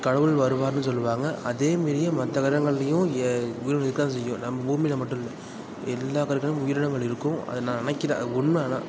கடவுள் வருவாருன்னு சொல்லுவாங்கள் அதே மாரியே மற்ற கிரகங்கள்லேயும் ஏன் உயிர்கள் இருக்கற தான் செய்யும் நம்ம பூமியில் மட்டும் இல்லை எல்லா கிரகங்கள்லேயும் உயிரினங்கள் இருக்கும் அது நான் நினைக்கிறேன் அ உண்மை அதுதான்